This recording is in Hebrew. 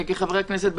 כחברי כנסת,